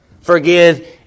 Forgive